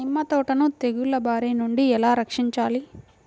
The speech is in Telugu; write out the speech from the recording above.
నిమ్మ తోటను తెగులు బారి నుండి ఎలా రక్షించాలి?